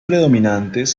predominantes